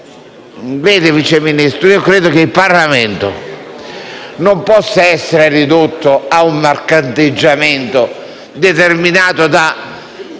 Signor Vice Ministro, io credo che il lavoro del Parlamento non possa essere ridotto ad un mercanteggiamento determinato da